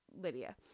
Lydia